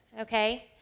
okay